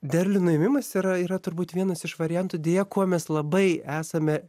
derlių nuėmimas yra yra turbūt vienas iš variantų deja kuo mes labai esame